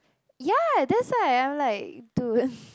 ya that's why I'm like dude